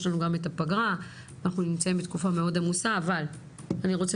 לנו פגרה ואנחנו נמצאים בתקופה מאוד עמוסה אבל אני רוצה